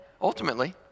ultimately